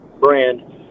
brand